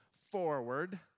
forward